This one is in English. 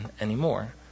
anymore